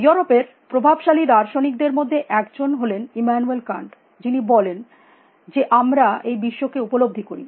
ইউরোপের প্রভাবশালী দার্শনিক দের মধ্যে একজন হলেন ইমানুয়েল কান্ট যিনি বলেন যে আমরা এই বিশ্বকে উপলব্ধি করি